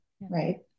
right